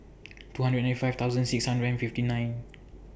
two hundred and ninety five thousand six hundred and fifty nine